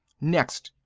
next!